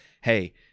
hey